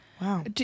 Wow